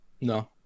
no